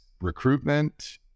recruitment